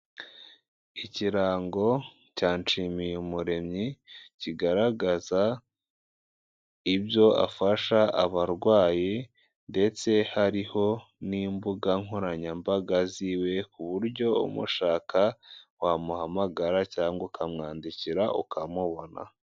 Ikirango cya Nshiyumuremyi, kigaragaza ibyo afasha abarwayi, ndetse hariho n'imbuga nkoranyambaga ziwe, ku buryo umushaka wamuhamagara cyangwa ukamwandikira ukamubona.